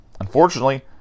Unfortunately